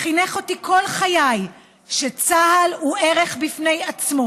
חינך אותי כל חיי שצה"ל הוא ערך בפני עצמו